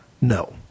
No